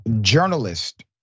journalist